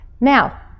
now